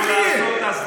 מי התחיל?